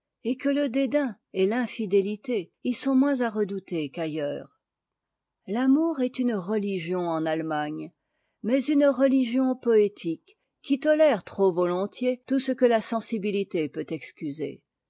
jet que le dédain ett'infidétité y sont moins à redouter qu'aitteurs l'amour est une religion en allemagne mai une religion poétique qui tolère trop volontiers tout ce que ta sensibilité peut excuser